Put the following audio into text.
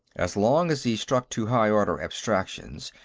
as long as he stuck to high order abstractions,